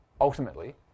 ultimately